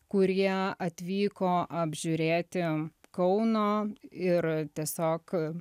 kurie atvyko apžiūrėti kauno ir tiesiog